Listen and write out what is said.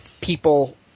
people